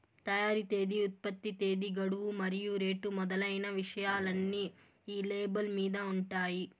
తయారీ తేదీ ఉత్పత్తి తేదీ గడువు మరియు రేటు మొదలైన విషయాలన్నీ ఈ లేబుల్ మీద ఉంటాయి